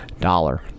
dollar